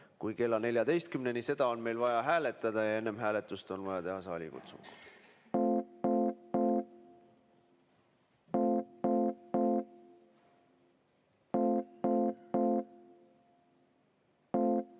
kui kella 14‑ni. Seda on meil vaja hääletada ja enne hääletust on vaja teha saalikutsung.